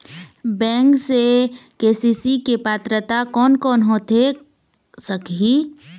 Bank से KCC के पात्रता कोन कौन होथे सकही?